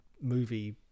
movie